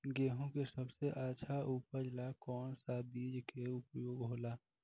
गेहूँ के सबसे अच्छा उपज ला कौन सा बिज के उपयोग होला?